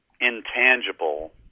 intangible